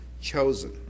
chosen